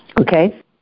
okay